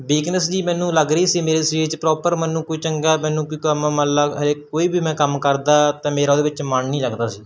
weakness ਜਿਹੀ ਮੈਨੂੰ ਲੱਗ ਰਹੀ ਸੀ ਮੇਰੇ ਸਰੀਰ 'ਚ ਪ੍ਰੋਪਰ ਮੈਨੂੰ ਕੋਈ ਚੰਗਾ ਮੈਨੂੰ ਕੋਈ ਕੰਮ ਮਤਲਬ ਹਾਲੇ ਕੋਈ ਵੀ ਮੈਂ ਕੰਮ ਕਰਦਾ ਤਾਂ ਮੇਰਾ ਉਹਦੇ ਵਿੱਚ ਮਨ ਨਹੀਂ ਲੱਗਦਾ ਸੀ